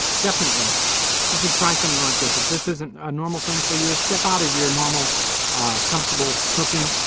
definitely you should try something like this. if this isn't a normal thing for you, step out of your normal comfortable cooking,